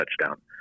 touchdown